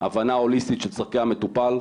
הבנה הוליסטית של צרכי המטופל.